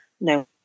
no